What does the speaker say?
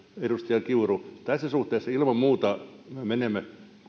edustaja kiuru tässä suhteessa ilman muuta menemme